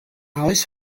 oes